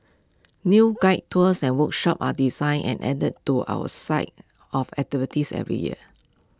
new guided tours and workshops are designed and added to our site of activities every year